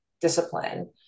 discipline